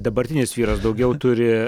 dabartinis vyras daugiau turi